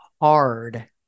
hard